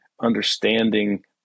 understanding